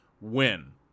win